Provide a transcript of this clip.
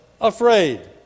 afraid